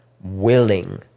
willing